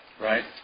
Right